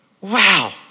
Wow